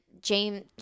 James